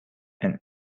and